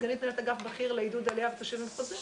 סגנית מנהלת אגף בכיר לעידוד עלייה ותושבים חוזרים,